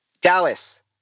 Dallas